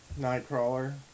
Nightcrawler